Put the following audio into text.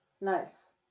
nice